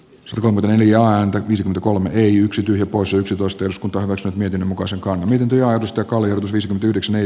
suomen hiljaa antoi viisi kolme i yksi poissa yksitoista jos kunta myös miten muka sokan irti olevista kallio crisp yhdeksän ei